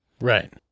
right